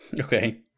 okay